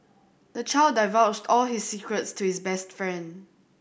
the child divulged all his secrets to his best friend